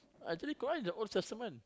actually Quran is the old testament